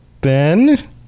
Ben